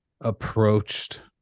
approached